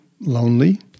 lonely